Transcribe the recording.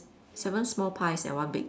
seven small pies and one big